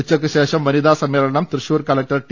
ഉച്ചക്കു ശേഷം വനിതാ സമ്മേളനം തൃശൂർ കലക്ടർ ടി